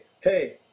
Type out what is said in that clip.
hey